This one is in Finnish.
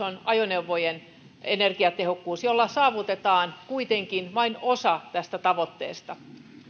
on ajoneuvojen energiatehokkuus jolla saavutetaan kuitenkin vain osa tästä tavoitteesta